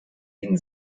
ihnen